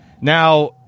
Now